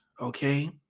okay